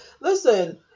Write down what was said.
Listen